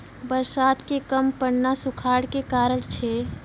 बरसात के कम पड़ना सूखाड़ के कारण छै